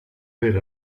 per